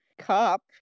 cop